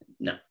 No